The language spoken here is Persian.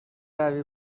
قوی